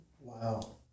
Wow